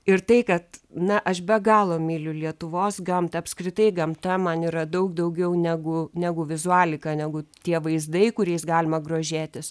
ir tai kad na aš be galo myliu lietuvos gamtą apskritai gamta man yra daug daugiau negu negu vizualika negu tie vaizdai kuriais galima grožėtis